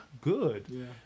good